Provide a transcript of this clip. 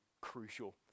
crucial